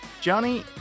Johnny